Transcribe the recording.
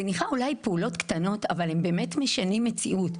זה נראה אולי פעולות קטנות אבל הן באמת משנים מציאות.